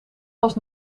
was